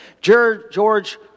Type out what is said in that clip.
George